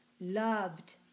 loved